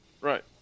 Right